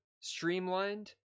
streamlined